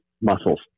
muscles